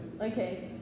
Okay